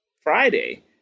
Friday